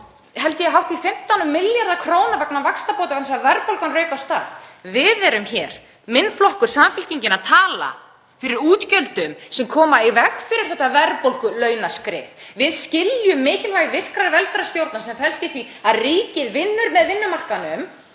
held ég, hátt í 15 milljarða kr. vegna vaxtabóta, vegna þess að verðbólgan rauk af stað. Samfylkingin, minn flokkur, talar hér fyrir útgjöldum sem koma í veg fyrir þetta verðbólgulaunaskrið. Við skiljum mikilvægi virkrar velferðarstjórnar sem felst í því að ríkið vinnur með vinnumarkaðnum